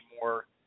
more